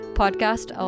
podcast